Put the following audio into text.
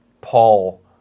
Paul